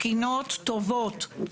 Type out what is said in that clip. תקינות טובות,